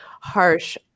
harsh